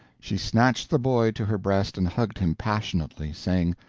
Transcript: she snatched the boy to her breast and hugged him passionately, saying,